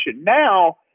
Now